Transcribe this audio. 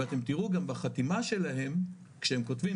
ואתם תראו גם בחתימה שלהם כשהם חותמים,